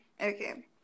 Okay